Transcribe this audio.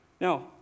Now